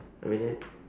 I mean that